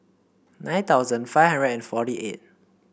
nine thousand five hundred and forty eight